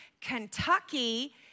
Kentucky